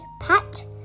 pat